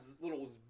little